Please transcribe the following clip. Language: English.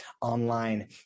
online